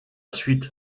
suite